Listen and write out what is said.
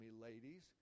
ladies